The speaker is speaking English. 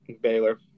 Baylor